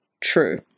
true